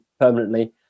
permanently